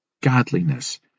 godliness